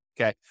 okay